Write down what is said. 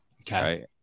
Okay